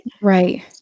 Right